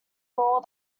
roar